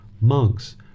monks